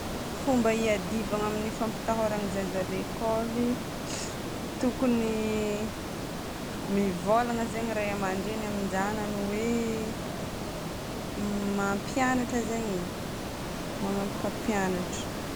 Fomba iadivagna amin'ny fampitahoragna ny zaza à l'écoly: tokony mivolagna zegny ray aman-dreny amin-janany hoe mampianatra zegny e, magnampy mpampianatra.